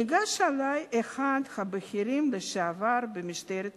ניגש אלי אחד הבכירים לשעבר במשטרת ישראל.